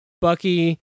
Bucky